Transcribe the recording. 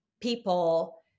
people